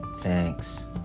Thanks